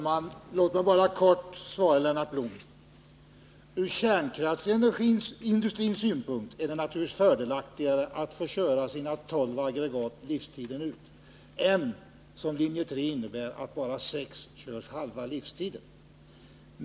Herr talman! Låt mig ge ett kort svar till Lennart Blom. Ur kärnkraftsindustrins synpunkt är det naturligtvis fördelaktigare att man får köra sina tolv aggregat deras livstid ut än att, i enlighet med linje 3, bara sex körs halva livstiden.